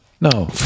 No